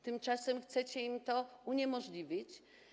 Tymczasem chcecie im to uniemożliwić.